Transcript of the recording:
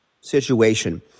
situation